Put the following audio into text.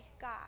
God